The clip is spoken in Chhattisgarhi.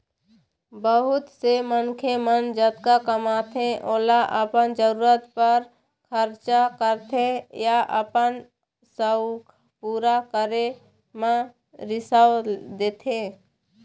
बहुत से मनखे मन जतका कमाथे ओला अपन जरूरत बर खरचा करथे या अपन सउख पूरा करे म सिरवा देथे